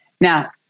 Now